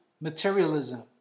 materialism